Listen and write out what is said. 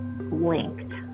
linked